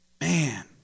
man